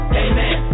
amen